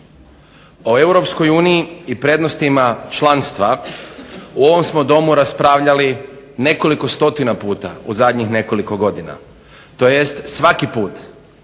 uniji i prednostima članstva u ovom smo Domu raspravljali nekoliko stotina puta u zadnjih nekoliko godina tj. svaki put